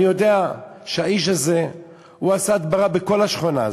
אני יודע שהאיש הזה עשה הדברה בכל השכונה הזאת,